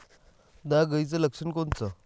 नाग अळीचं लक्षण कोनचं?